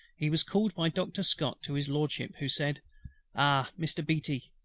he was called by doctor scott to his lordship, who said ah, mr. beatty!